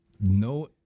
no